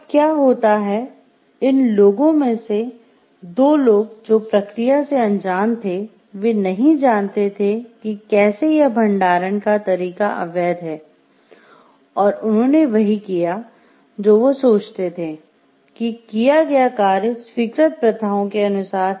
तो अब क्या होता है इन लोगों में से 2 लोग जो प्रक्रिया से अनजान थे वे नहीं जानते थे कि कैसे यह भंडारण का तरीका अवैध हैं और उन्होंने वही किया जो वो सोचते थे कि किया गया कार्य स्वीकृत प्रथाओं के अनुसार था